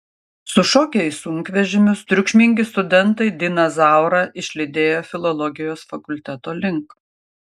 sušokę į sunkvežimius triukšmingi studentai diną zaurą išlydėjo filologijos fakulteto link